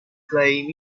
play